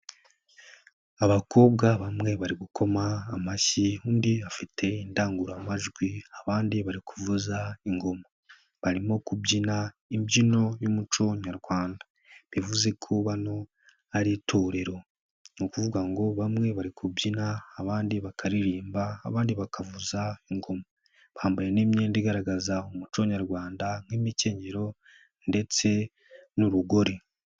Abakobwa bamwe bari gukoma amashyi undi afite indangururamajwi abandi bari kuvuza ingoma, barimo kubyina imbyino y'umuco nyarwanda bivuze ko bano ari itorero. Ni kuvuga ngo bamwe bari kubyina, abandi bakaririmba, abandi bakavuza ingoma, bambaye n'imyenda igaragaza umuco nyarwanda nk'imikenyero ndetse n'urugori.